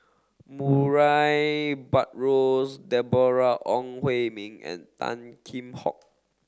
Murray Buttrose Deborah Ong Hui Min and Tan Kheam Hock